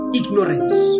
ignorance